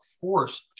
force